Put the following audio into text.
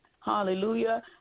hallelujah